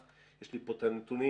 יש לי פה את הנתונים,